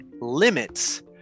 limits